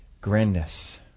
grandness